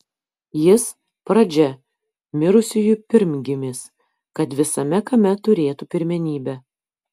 jis pradžia mirusiųjų pirmgimis kad visame kame turėtų pirmenybę